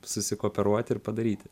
susikooperuoti ir padaryti